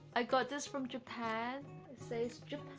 i got this from japan. it says joe